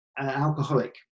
alcoholic